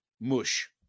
mush